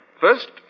First